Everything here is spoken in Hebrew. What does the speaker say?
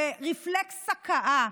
ברפלקס הקאה,